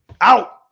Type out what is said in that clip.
Out